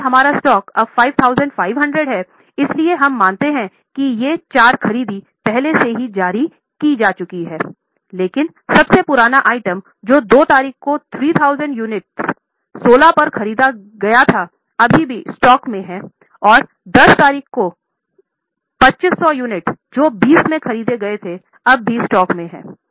चूंकि हमारा स्टॉक अब 5500 है इसलिए हम मानते हैं कि ये चार खरीदी पहले से ही जारी हैं लेकिन सबसे पुराना आइटम जो 2 तारीख को 3000 यूनिट्स 16 में ख़रीदा जाता है अभी भी स्टॉक में है और 10 तारीख को 2500 यूनिट्स 20 में खरीदी गई अब भी स्टॉक में है